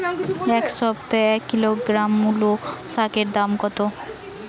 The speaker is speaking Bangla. এ সপ্তাহে এক কিলোগ্রাম মুলো শাকের দাম কত?